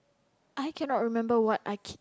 I cannot remember what I k~